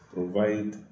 Provide